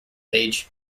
age